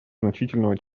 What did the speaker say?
значительного